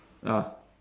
ah